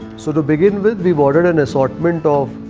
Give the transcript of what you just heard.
so to begin with, we've ordered an assortment of.